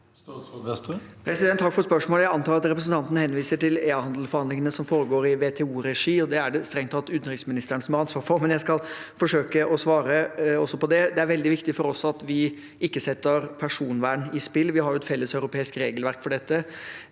Takk for spørsmålet. Jeg antar at representanten henviser til ehandelforhandlingene som foregår i WTO-regi, og det er det strengt tatt utenriksministeren som har ansvar for. Jeg skal forsøke å svare også på det. Det er veldig viktig for oss at vi ikke setter personvern i spill. Vi har et felleseuropeisk regelverk for dette,